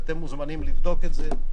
ואתם מוזמנים לבדוק את זה,